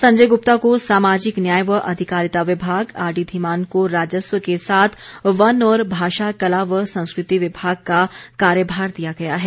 संजय गुप्ता को सामाजिक न्याय व अधिकारिता विभाग आरडी धीमान को राजस्व के साथ वन और भाषा कला व संस्कृति विभाग का कार्यभार दिया गया है